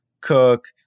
cook